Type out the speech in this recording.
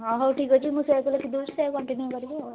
ହଁ ହଉ ଠିକ୍ ଅଛି ମୁଁ ସେୟାକୁ ଲେଖି ଦେଉଛି ଆଉ ସେୟାକୁ କଣ୍ଟିନ୍ୟୁ କରିବ ଆଉ